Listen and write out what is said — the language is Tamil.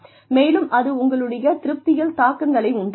மேலும் அது உங்களுடைய திருப்தியில் தாக்கங்களை உண்டாக்கும்